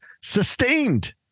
sustained